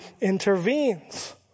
intervenes